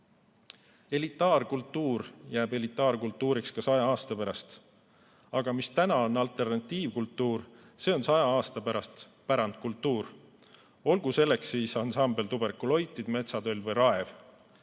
Elitaarkultuur jääb elitaarkultuuriks ka saja aasta pärast. Aga mis täna on alternatiivkultuur, see on saja aasta pärast pärandkultuur, olgu selleks siis ansambel Tuberkuloited, Metsatöll või Raev.